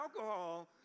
alcohol